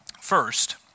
First